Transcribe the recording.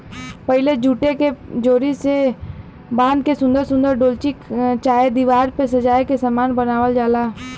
पहिले जूटे के डोरी से बाँध के सुन्दर सुन्दर डोलची चाहे दिवार पे सजाए के सामान बनावल जाला